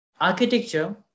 Architecture